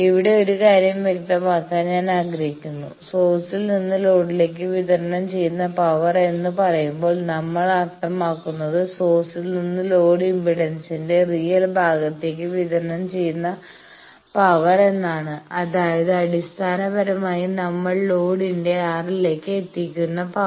ഇവിടെ ഒരു കാര്യം വ്യക്തമാക്കാൻ ഞാൻ ആഗ്രഹിക്കുന്നു സോഴ്സിൽ നിന്ന് ലോഡിലേക്ക് വിതരണം ചെയ്യുന്ന പവർ എന്ന് പറയുമ്പോൾ നമ്മൾ അർത്ഥമാക്കുന്നത് സോഴ്സിൽ നിന്ന് ലോഡ് ഇംപെഡൻസിന്റെ റിയൽ ഭാഗത്തേക്ക് വിതരണം ചെയ്യുന്ന പവർ എന്നാണ് അതായത് അടിസ്ഥാനപരമായി നമ്മൾ ലോഡിന്റ RL ലേക്ക് എത്തിക്കുന്ന പവർ